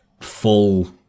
full